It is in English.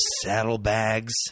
saddlebags